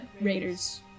raiders